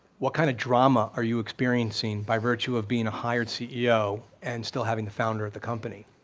what kind of drama are you experiencing by virtue of being a hired ceo and still having the founder of the company?